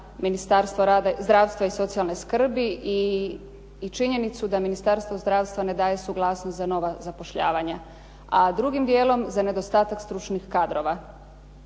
Ministarstvo zdravstva i socijalne skrbi i činjenicu da Ministarstvo zdravstva ne daje suglasnost za nova zapošljavanja, a drugim dijelom za nedostatak stručnih kadrova.